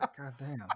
goddamn